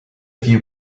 few